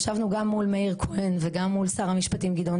ישבנו גם מול מאיר כהן וגם מול שר המשפטים גדעון